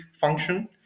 function